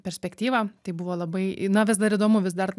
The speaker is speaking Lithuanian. perspektyvą tai buvo labai na vis dar įdomu vis dar